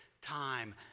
time